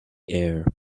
air